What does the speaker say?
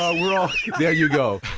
ah we're all there you go